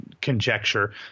conjecture